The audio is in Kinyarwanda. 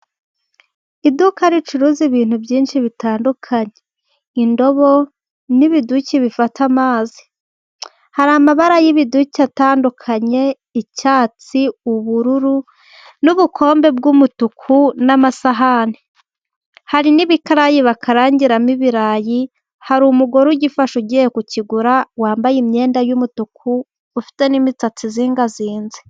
Iduka ricuruza ibintu byinshi bitandukanye, indobo n'ibiduki bifata amazi, hari amabara y'ibiduki atandukanye icyatsi, ubururu n'ubukombe bw'umutuku n'amasahani, hari n'ibikarayi bakarangiramo ibirayi, hari umugore ugifasha ugiye kukigura wambaye imyenda y'umutuku, ufite n'imisatsi izingazinze.